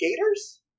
gators